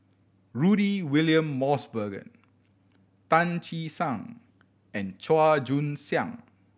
Rudy William Mosbergen Tan Che Sang and Chua Joon Siang